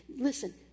Listen